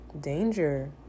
danger